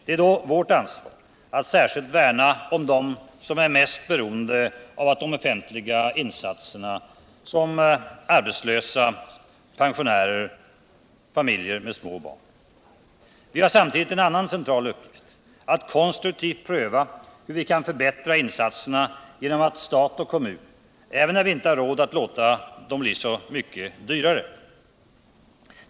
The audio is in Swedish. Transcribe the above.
Det är då vårt ansvar att särskilt värna om dem som är mest beroende av de offentliga insatserna, som arbetslösa, pensionärer och familjer med små barn. Vi har samtidigt en annan central uppgift: att konstruktivt pröva hur vi kan förbättra insatserna genom stat och kommun även när vi inte har råd att låta dem bli så mycket dyrare.